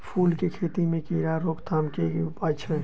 फूल केँ खेती मे कीड़ा रोकथाम केँ की उपाय छै?